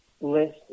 list